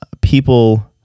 people